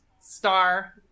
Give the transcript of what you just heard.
star